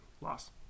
loss